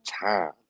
time